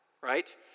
right